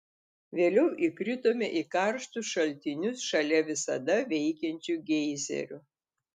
vėliau įkritome į karštus šaltinius šalia visada veikiančių geizerių